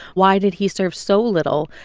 why did he serve so little?